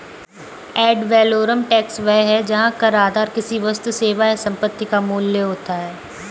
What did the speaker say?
add valorem tax वह है जहां कर आधार किसी वस्तु, सेवा या संपत्ति का मूल्य होता है